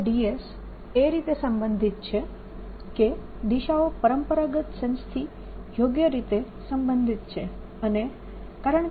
dl યાદ રાખો કે dl અને dS એ રીતે સંબંધિત છે કે દિશાઓ પરંપરાગત સેન્સથી યોગ્ય રીતે સંબંધિત છે